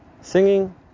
singing